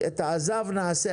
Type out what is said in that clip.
ואומרים: את עז"ב נעשה,